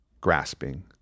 grasping